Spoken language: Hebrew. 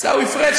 עיסאווי פריג',